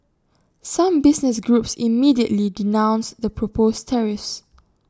some business groups immediately denounced the proposed tariffs